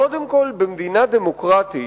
קודם כול, במדינה דמוקרטית